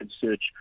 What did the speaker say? search